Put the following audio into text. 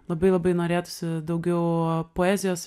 labai labai norėtųsi daugiau poezijos